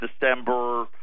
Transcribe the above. December